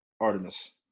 Artemis